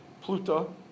Pluto